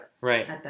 Right